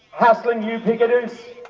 hassling you picketers.